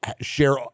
share